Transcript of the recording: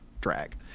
drag